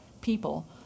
people